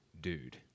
dude